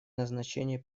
назначение